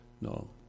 No